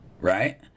right